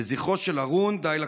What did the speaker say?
לזכרו של הארון, די לכיבוש.